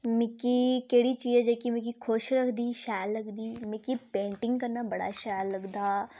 मिकी केह्ड़ी चीज जेह्की मिकी खुश रखदी शैल लगदी मिकी पेंटिंग करना बड़ा शैल लगदा